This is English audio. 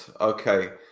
Okay